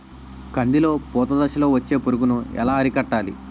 కందిలో పూత దశలో వచ్చే పురుగును ఎలా అరికట్టాలి?